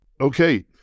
okay